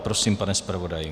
Prosím, pane zpravodaji.